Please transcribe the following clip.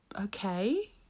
okay